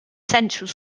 central